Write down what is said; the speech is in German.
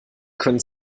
können